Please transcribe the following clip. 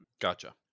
Gotcha